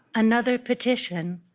another petition?